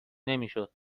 نمیشد